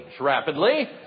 rapidly